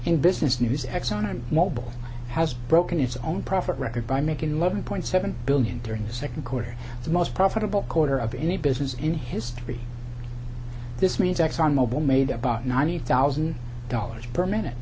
in business news exxon mobil has broken its own profit record by making let me point seven billion during the second quarter the most profitable quarter of any business in history this means exxon mobil made about ninety thousand dollars per minute